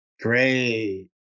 Great